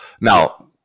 Now